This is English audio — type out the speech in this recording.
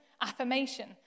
affirmation